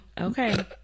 Okay